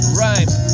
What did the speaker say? rhyme